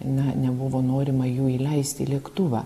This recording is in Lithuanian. na nebuvo norima jų įleisti į lėktuvą